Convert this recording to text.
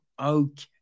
okay